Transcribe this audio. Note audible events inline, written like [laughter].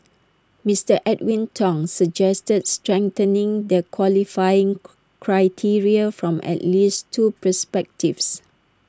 Mister Edwin Tong suggested strengthening the qualifying [hesitation] criteria from at least two perspectives